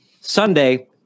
Sunday